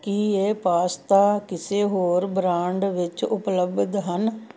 ਕੀ ਇਹ ਪਾਸਤਾ ਕਿਸੇ ਹੋਰ ਬ੍ਰਾਂਡ ਵਿੱਚ ਉਪਲੱਬਧ ਹਨ